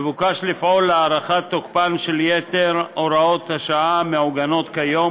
מבוקש לפעול להארכת תוקפן של יתר הוראות השעה המעוגנות כיום,